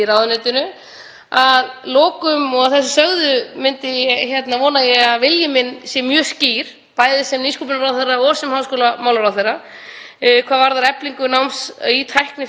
hvað varðar eflingu náms í tæknifræði á landinu. Eitt helsta tólið sem mikilvægt er að klára er auðvitað nýtt fjármögnunarlíkan háskólanna